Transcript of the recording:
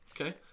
Okay